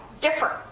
different